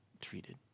treated